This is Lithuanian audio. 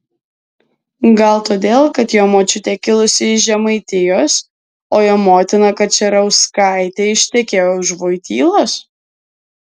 gal todėl kad jo močiutė kilusi iš žemaitijos o jo motina kačerauskaitė ištekėjo už vojtylos